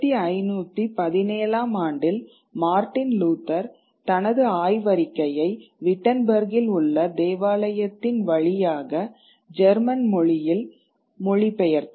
1517 ஆம் ஆண்டில் Martin Luther தனது ஆய்வறிக்கையை விட்டன்பெர்க்கில் உள்ள தேவாலயத்தின் வழியாக ஜெர்மன் மொழியில் மொழிபெயர்த்தார்